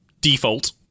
default